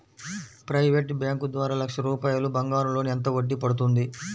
Private bank ద్వారా లక్ష రూపాయలు బంగారం లోన్ ఎంత వడ్డీ పడుతుంది?